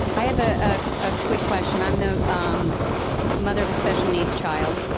i have ah ah a quick question. i'm the um mother of a special needs child.